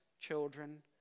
children